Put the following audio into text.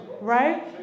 right